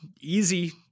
easy